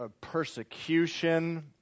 persecution